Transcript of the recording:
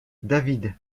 david